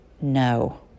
no